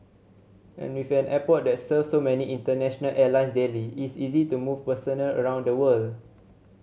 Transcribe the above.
and with an airport that serves so many international airlines daily it is easy to move personnel around the world